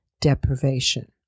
deprivation